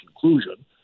conclusion